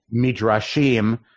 Midrashim